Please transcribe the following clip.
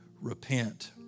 repent